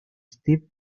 steve